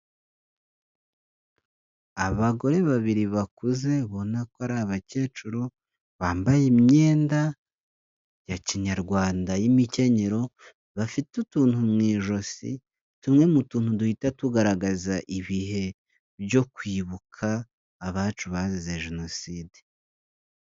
Abagore babiri bakuze ubona ko ari abakecuru, bambaye imyenda ya Kinyarwanda y'imikenyero bafite utuntu mu ijosi, tumwe mu tuntu duhita tugaragaza ibihe byo kwibuka abacu bazize Jenoside.